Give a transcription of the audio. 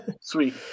sweet